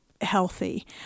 healthy